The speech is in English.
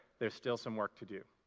there's still some work to do.